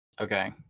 Okay